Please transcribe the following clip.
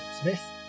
Smith